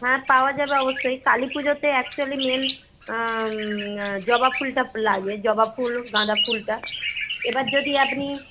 হ্যাঁ পাওয়া যাবে অবশ্যই কালীপুজোতে অ্যাকচুয়ালি মেইন জবা ফুলটা লাগে জবা ফুল গাঁদা ফুলটা এবার যদি আপনি